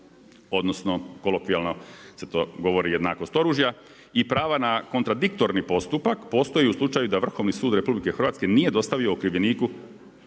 odnosno kolokvijalno se to govori jednakost oružja i prava na kontradiktorni postupak, postoji u slučaju da Vrhovni sud RH, nije dostavio okrivljeniku